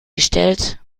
gestellt